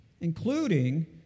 including